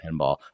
pinball